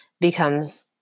becomes